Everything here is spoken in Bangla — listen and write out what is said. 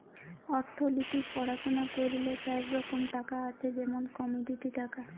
অথ্থলিতিক পড়াশুলা ক্যইরলে চার রকম টাকা আছে যেমল কমডিটি টাকা